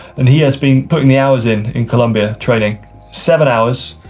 and he has been putting the hours in in columbia training seven hours,